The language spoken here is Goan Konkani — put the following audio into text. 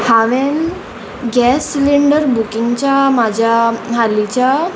हांवेन गॅस सिलींडर बुकींगच्या म्हाज्या हालींच्या